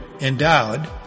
endowed